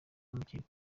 urukiko